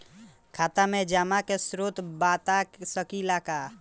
खाता में जमा के स्रोत बता सकी ला का?